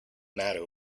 matter